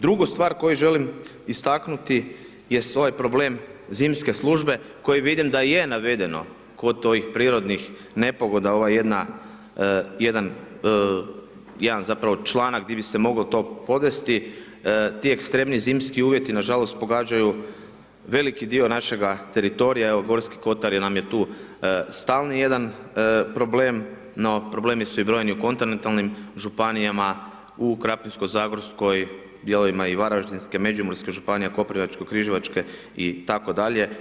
Drugu stvar koju želim istaknuti jest ovaj problem zimske službe koji vidim da je navedeno kod ovih prirodnih nepogoda, ova jedan zapravo članak di bi se moglo to podvesti, ti ekstremni zimski uvjeti nažalost pogađaju veliki dio našega teritorija, evo Gorski kotar nam je tu stalni jedan problem, no problemu su brojni i u kontinentalnim županijama, u Krapinsko-zagorskoj, dijelovima i Varaždinske, Međimurske županije, Koprivničko-križevačke itd.